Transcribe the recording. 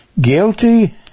guilty